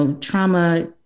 trauma